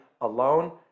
alone